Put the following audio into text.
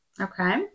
Okay